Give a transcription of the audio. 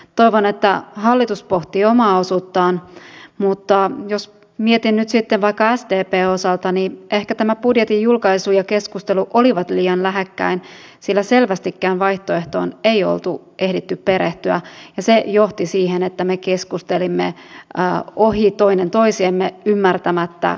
toivon että hallitus pohtii omaa osuuttaan mutta jos mietin nyt sitten vaikka sdpn osalta niin ehkä tämä budjetin julkaisu ja keskustelu olivat liian lähekkäin sillä selvästikään vaihtoehtoon ei oltu ehditty perehtyä ja se johti siihen että me keskustelimme ohi toinen toisemme ymmärtämättä kokonaisuutta